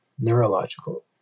neurological